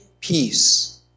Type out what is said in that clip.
peace